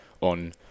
on